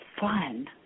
fun